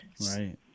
right